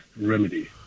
remedy